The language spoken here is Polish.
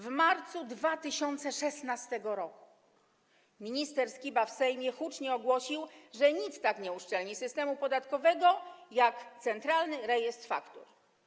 W marcu 2016 r. minister Skiba w Sejmie hucznie ogłosił, że nic tak nie uszczelni systemu podatkowego jak Centralny Rejestr Faktur.